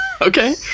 Okay